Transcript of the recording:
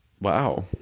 Wow